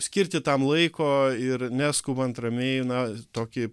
skirti tam laiko ir neskubant ramiai na tokį